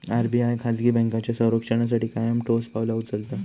RBI खाजगी बँकांच्या संरक्षणासाठी कायम ठोस पावला उचलता